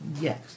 Yes